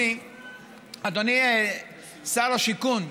אדוני שר השיכון,